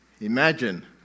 Imagine